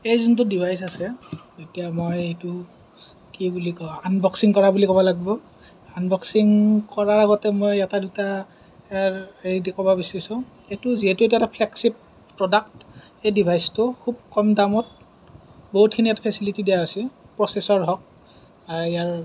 এই যোনটো ডিভাইচ আছে এতিয়া মই সেইটো কি বুলি কয় আনবক্সিং কৰা বুলি ক'ব লাগিব আনবক্সিং কৰাৰ আগতে মই এটা দুটা হেৰি ক'ব বিচাৰিছোঁ এইটো যিহেতু এটা ফ্লেকশ্বিপ প্ৰডাক্ট এই ডিভাইচটো খুব কম দামত বহুতখিনি ইয়াত ফেচিলিটী দিয়া হৈছে প্ৰচেছৰ হওক ইয়াৰ